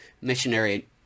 missionary